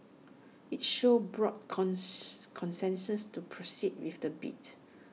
IT showed broad consensus to proceed with the bid